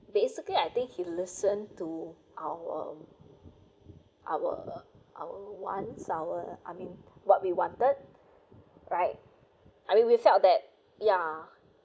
basically I think he listen to our our our our want sour I mean what we wanted right I mean we felt that ya